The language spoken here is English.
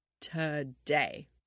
today